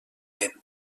vent